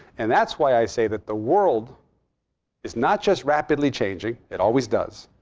and that's why i say that the world is not just rapidly changing. it always does.